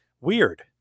Weird